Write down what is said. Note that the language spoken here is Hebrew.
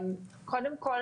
קודם כול,